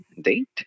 date